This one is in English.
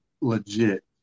legit